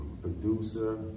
producer